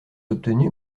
obtenu